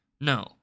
no